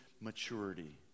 maturity